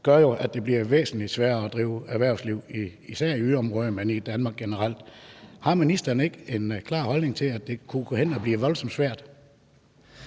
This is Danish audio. gør jo, at det bliver væsentlig sværere at drive erhvervsvirksomhed i især yderområderne, men også i Danmark generelt. Har ministeren ikke en klar holdning til, at det kunne gå hen og blive voldsomt svært?